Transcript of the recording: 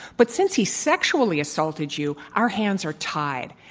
but since he sexually assaulted you, our hands are tied.